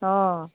ହଁ